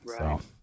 Right